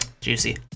Juicy